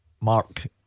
Mark